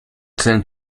kleine